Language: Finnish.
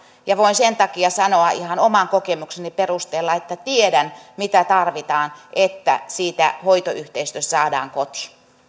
voin sen takia sanoa ihan oman kokemukseni perusteella että tiedän mitä tarvitaan että siitä hoitoyhteisöstä saadaan koti